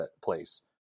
place